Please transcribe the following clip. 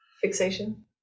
fixation